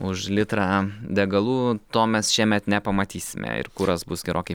už litrą degalų to mes šiemet nepamatysime ir kuras bus gerokai